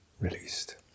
released